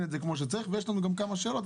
את זה כמו שצריך ויש לנו גם כמה שאלות,